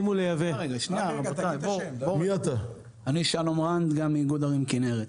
אני שלום רנד, גם מאיגוד ערים כנרת.